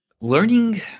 learning